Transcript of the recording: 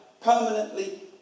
permanently